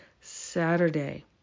Saturday